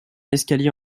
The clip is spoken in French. escalier